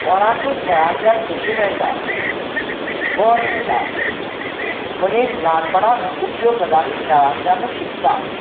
कोणाकूय खेळांतल्यान खुशी मेळटा बळ मेळटा मनीस ल्हानपणांत खुबश्यो गजाली खेळांतल्यानूच शिकता